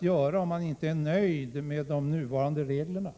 då vidta, om man inte är nöjd med de nuvarande reglerna?